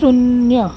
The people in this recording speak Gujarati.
શૂન્ય